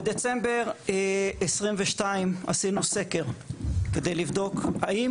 בדצמבר 2022 עשינו סקר כדי לבדוק האם